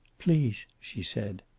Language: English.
please, she said.